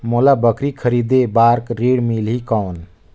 मोला बकरी खरीदे बार ऋण मिलही कौन?